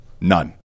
None